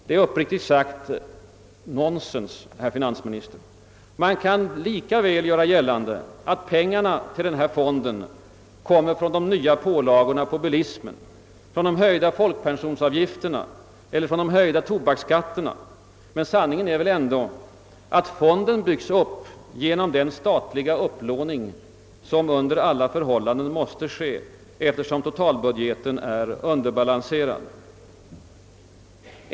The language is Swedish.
Det är, uppriktigt sagt nonsens, herr finansminister. Man kan lika väl göra gällande att pengarna till fonden kommer från de nya pålagorna på bilismen, från de höjda folkpensionsavgifterna eller de höjda tobaksskatterna. Sanningen är väl ändå att fonden byggs upp genom den statliga upplåning som under alla förhållanden måste ske eftersom totalbudgeten är underbalanserad.